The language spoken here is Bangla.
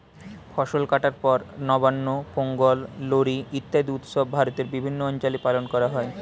ফসল কাটার পর নবান্ন, পোঙ্গল, লোরী ইত্যাদি উৎসব ভারতের বিভিন্ন অঞ্চলে পালন করা হয়